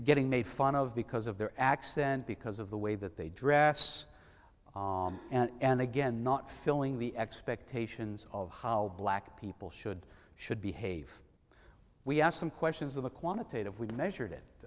getting made fun of because of their accent because of the way that they dress and again not filling the expectations of how black people should should behave we ask them questions of a quantitative we've measured